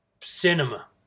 cinema